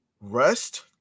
rest